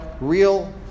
real